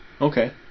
okay